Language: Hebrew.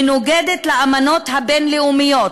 מנוגדת לאמנות הבין-לאומיות,